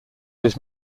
his